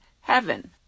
heaven